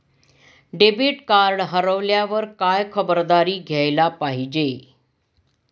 Debit card हरवल्यावर काय खबरदारी घ्यायला पाहिजे?